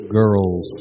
girls